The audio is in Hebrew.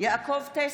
יעקב טסלר,